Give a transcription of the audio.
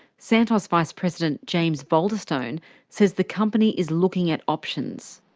santos vice-president james baulderstone says the company is looking at options.